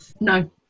No